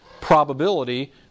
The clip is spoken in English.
probability